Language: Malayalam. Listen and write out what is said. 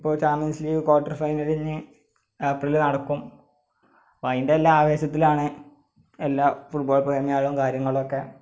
ഇപ്പോൾ ചാമ്പ്യന്സ് ലീഗ് കോര്ട്ടര് ഫൈനലിന് ഏപ്രിലിൽ നടക്കും അപ്പോൾ അതിന്റെയെല്ലാം ആവേശത്തിലാണ് എല്ലാ ഫുട്ബോള് പ്രേമികളും കാര്യങ്ങളുമൊക്കെ